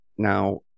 Now